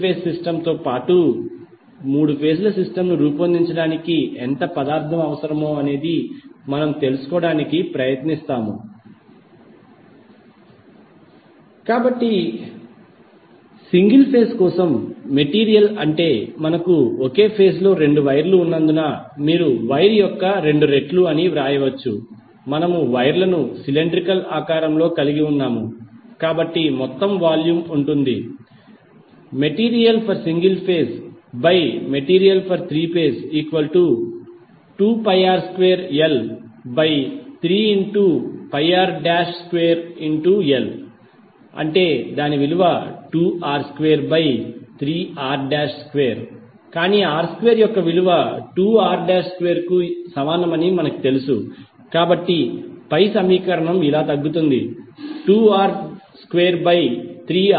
single phase సిస్టమ్తో పాటు మూడు ఫేజ్ సిస్టమ్ను రూపొందించడానికి ఎంత పదార్థం అవసరమో తెలుసుకోవడానికి ప్రయత్నిస్తాము కాబట్టి సింగిల్ ఫేజ్ కోసం మెటీరీయల్ అంటే మనకు ఒకే ఫేజ్ లో 2 వైర్లు ఉన్నందున మీరు వైర్ యొక్క 2 రెట్లు అని వ్రాయవచ్చు మనము వైర్లను సిలెండ్రికల్ ఆకారంలో కలిగి ఉన్నాము కాబట్టి మొత్తం వాల్యూమ్ ఉంటుంది MaterialforsinglephaseMaterialfor3phase2πr2l3πr2l2r23r2 కానీ r22r2 కాబట్టి పై సమీకరణం ఇలా తగ్గుతుంది 2r23r22321